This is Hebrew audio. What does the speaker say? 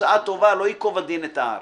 תוצאה טובה, לא ייקוב הדין את ההר.